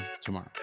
tomorrow